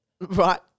right